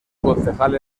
concejal